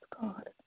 God